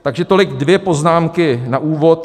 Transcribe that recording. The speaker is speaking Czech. Takže tolik dvě poznámky na úvod.